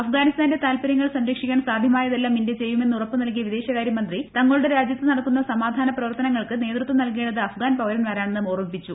അഫ്ഗാനിസ്ഥാന്റെ താൽപര്യങ്ങൾ സംരക്ഷിക്കാൻ സാധ്യമായതെല്ലാം ഇന്ത്യ ചെയ്യുമെന്ന് ഉറപ്പുനൽകിയ വിദേശകാര്യമന്ത്രി തങ്ങളുടെ രാജ്യത്ത് നടക്കുന്ന സമാധാനപ്രവർത്തനങ്ങൾക്ക് നേതൃത്വം നൽകേണ്ടത് അഫ്ഗാൻ പൌരന്മാരാണെന്ന് ഓർമ്മിപ്പിച്ചു